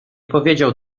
powiedział